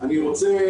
אני רוצה